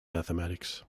mathematics